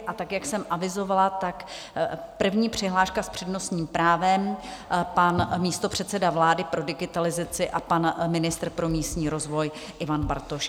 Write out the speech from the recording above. A jak jsem avizovala, první přihláška s přednostním právem pan místopředseda vlády pro digitalizaci a pan ministr pro místní rozvoj Ivan Bartoš.